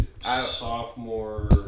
sophomore